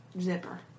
zipper